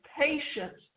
patience